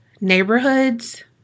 neighborhoods